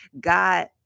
God